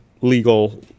legal